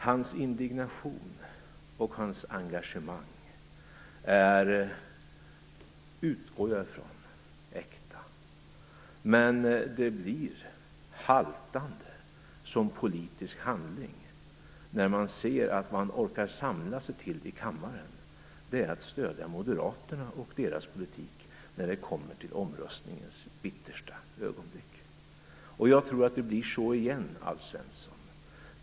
Jag utgår från att Alf Svenssons indignation och engagemang är äkta, men det blir haltande som politisk handling när det som han orkar samla sig till i kammaren i omröstningens yttersta ögonblick är att stödja moderaternas politik. Jag tror att det blir så igen, Alf Svensson.